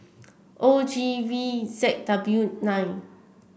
O G V Z W nine